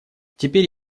теперь